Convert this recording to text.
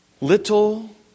little